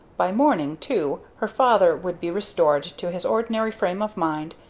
by morning, too, her father would be restored to his ordinary frame of mind,